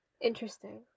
interesting